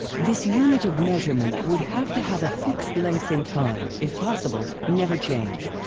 this unit of measurement would have to have a fixed length in time, if possible, never change.